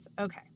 Okay